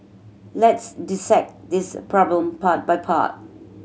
let's dissect this problem part by part